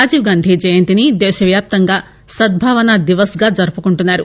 రాజీవ్ గాంధీ జయంతిని దేశ వ్యాప్తంగా సద్బావనా దివస్ గా జరుపుకుంటున్నారు